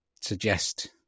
suggest